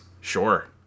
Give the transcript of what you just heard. Sure